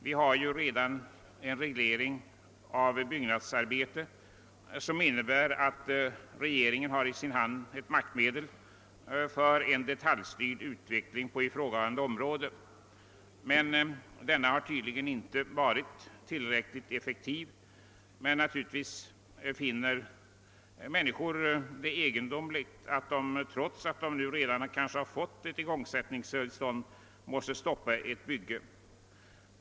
Vi har ju redan en reglering av byggnadsarbeten, vilken innebär att regeringen i sin hand har ett maktmedel för en detaljstyrd utveckling på detta område. Denna reglering har tydligen inte varit tillräckligt effektiv. Människor som kanske redan fått ett igångsättningstillstånd måste dock finna det egendomligt att de nu måste stoppa sitt byggande.